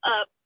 up